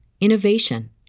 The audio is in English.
innovation